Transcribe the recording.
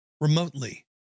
remotely